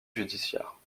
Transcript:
judiciaire